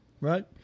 Right